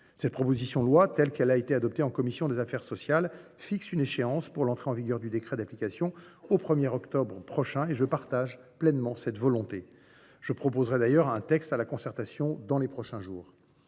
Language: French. Cette proposition de loi, telle qu’elle a été adoptée en commission des affaires sociales, fixe une échéance pour l’entrée en vigueur du décret d’application ; la date du 1 octobre 2024 a été retenue. Je fais pleinement mienne cette volonté. Je proposerai d’ailleurs un texte à la concertation dans les prochains jours.